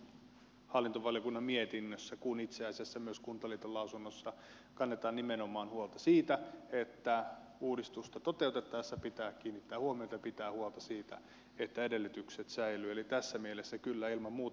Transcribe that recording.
niin hallintovaliokunnan mietinnössä kuin itse asiassa myös kuntaliiton lausunnossa kannetaan nimenomaan huolta siitä että uudistusta toteutettaessa pitää kiinnittää huomiota siihen ja pitää huolta siitä että edellytykset säilyvät eli tässä mielessä kyllä ilman muuta